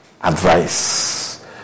advice